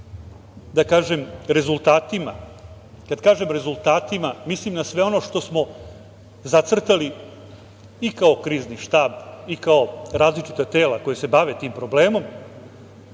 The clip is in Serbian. da kažem, rezultatima. Kada kažem rezultatima, mislim na sve ono što smo zacrtali i kao krizni štab i kao različita tela koja se bave tim problemom.